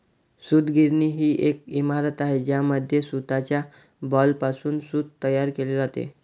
सूतगिरणी ही एक इमारत आहे ज्यामध्ये सूताच्या बॉलपासून सूत तयार केले जाते